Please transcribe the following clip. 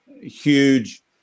huge